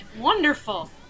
Wonderful